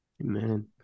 Amen